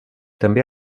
també